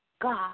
God